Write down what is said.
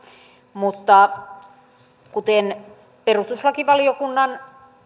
mutta kuten perustuslakivaliokunnan